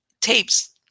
Tapes